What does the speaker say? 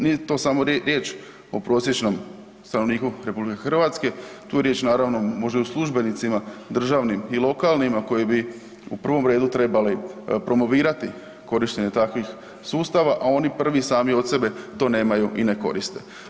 Ni to samo riječ o prosječnom stanovniku RH, tu riječ naravno može u službenicima državnim i lokalnima koji bi u prvom redu trebali promovirati korištenje takvih sustava, a oni prvi sami od sebe to nemaju i ne koriste.